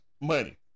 money